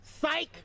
Psych